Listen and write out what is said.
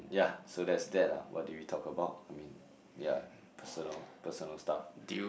yeah so that's that lah what did we talk about yeah personal personal stuff